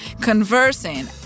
conversing